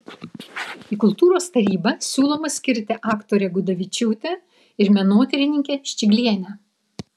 į kultūros tarybą siūloma skirti aktorę gudavičiūtę ir menotyrininkę ščiglienę